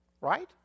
Right